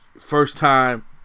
first-time